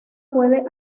puede